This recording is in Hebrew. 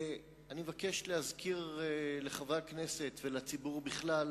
אני מבקש להזכיר לחברי הכנסת ולציבור בכלל